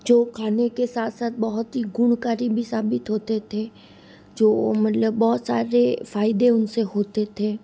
जो खाने के साथ साथ बहुत ही गुणकारी भी साबित होते थे जो वो मतलब बहुत सारे फायदे उनसे होते थे